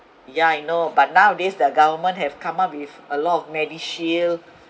ya I know but nowadays the government have come up with a lot of medishield